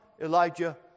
Elijah